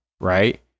right